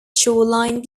shoreline